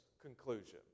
conclusion